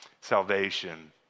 salvation